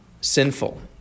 sinful